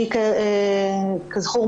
כזכור,